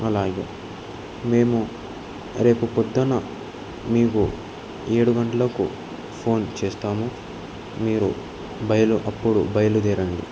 అలాగే మేము రేపు పొద్దున మీకు ఏడు గంటలకు ఫోన్ చేస్తాము మీరు బయలు అప్పుడు బయలుదేరండి